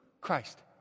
Christ